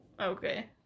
okay